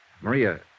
Maria